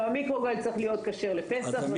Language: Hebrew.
המיקרוגל צריך להיות כשר לפסח.